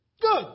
Good